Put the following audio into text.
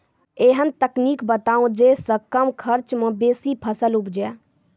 ऐहन तकनीक बताऊ जै सऽ कम खर्च मे बेसी फसल उपजे?